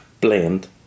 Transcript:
blend